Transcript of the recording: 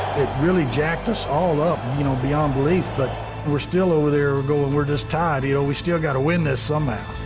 it really jacked us all up, you know, beyond belief, but we're still over there going, we're just tied, you know? we still got to win this somehow.